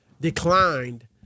declined